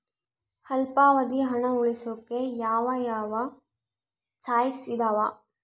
ಅಲ್ಪಾವಧಿ ಹಣ ಉಳಿಸೋಕೆ ಯಾವ ಯಾವ ಚಾಯ್ಸ್ ಇದಾವ?